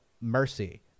Mercy